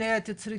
תודה רבה.